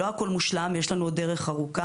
לא הכול מושלם, יש לנו עוד דרך ארוכה.